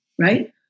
right